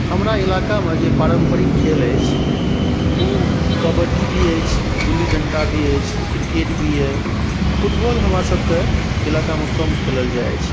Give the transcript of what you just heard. हमरा इलाकामे जे पारम्परिक खेल अछि ओ कबड्डी भी अछि गुल्ली डन्टा भी अछि किरकेट भी अइ फुटबॉल हमरा सबके इलाकामे कम खेलल जाइ अछि